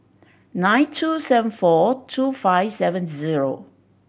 nine two seven four two five seven zero